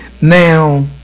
Now